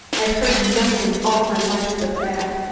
i've heard nothing all my life but that.